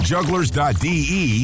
Jugglers.de